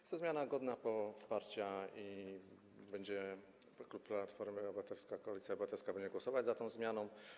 Jest to zmiana godna poparcia i klub Platforma Obywatelska - Koalicja Obywatelska będzie głosować za tą zmianą.